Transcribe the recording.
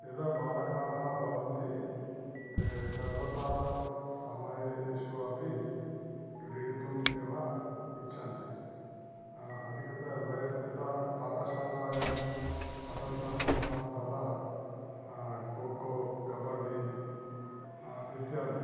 यदा बालकाः भवन्ति ते सर्वदा समयेषु अपि क्रीडितुम् एव इच्छन्ति अधिकता वयं यदा पाठशालायां पठन्तः स्म तदा खोखो कबड्डि इत्यादि